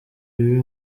bibi